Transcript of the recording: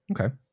Okay